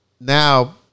now